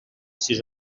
sis